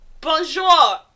Bonjour